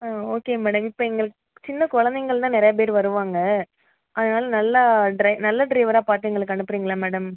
ஆ okay madam இப்போ எங்கள் சின்ன குழந்தைங்கள் தான் நிறையா பேர் வருவாங்க அதனால் நல்லா ட்ரை நல்ல ட்ரைவராக பார்த்து எங்களுக்கு அனுப்புறிங்களா மேடம்